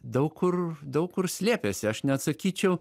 daug kur daug kur slėpėsi aš net sakyčiau